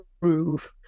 prove